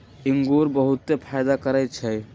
इंगूर बहुते फायदा करै छइ